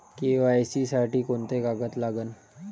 KYC साठी कोंते कागद लागन?